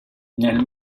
nel